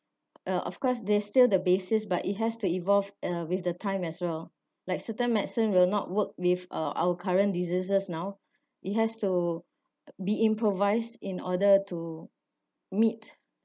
uh of course they still the basis but it has to evolve uh with the time as well like certain medicine will not work with uh our current diseases now it has to be improvised in order to meet